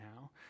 now